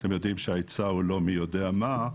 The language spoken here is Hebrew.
אתם יודעים שההיצע הוא לא מי יודע מה.